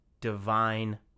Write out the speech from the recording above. divine